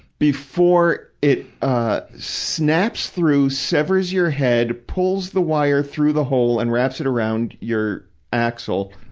before it, ah, snaps through, severs your head, pulls the wire through the hole, and wraps it around your axle,